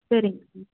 சரிங்க ம்